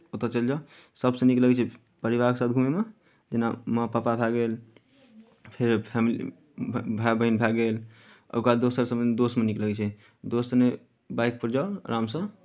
ओतय चलि जाउ सभसँ नीक लगैत छै परिवारके साथ घूमयमे जेना माँ पापा भए गेल फेर फैम भाय बहीन भए गेल ओकर बाद दोसर सम्बन्ध दोस्तमे नीक लगै छै दोस्त सङ्गे बाइकपर जाउ आरामसँ